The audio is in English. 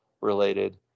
related